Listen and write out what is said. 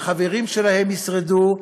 החברים שלהם ישרדו,